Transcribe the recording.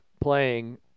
playing